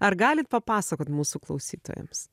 ar galit papasakot mūsų klausytojams